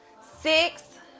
six